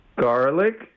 garlic